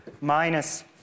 minus